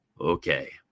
okay